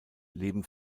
leben